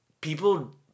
people